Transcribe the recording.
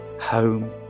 Home